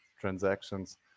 transactions